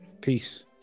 Peace